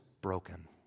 broken